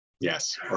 yes